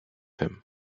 him